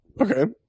Okay